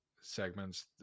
segments